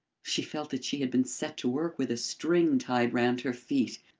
she felt that she had been set to work with a string tied round her feet.